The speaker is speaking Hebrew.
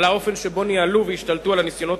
על האופן שבו ניהלו והשתלטו על הניסיונות